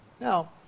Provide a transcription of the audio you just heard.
Now